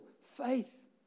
faith